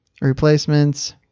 Replacements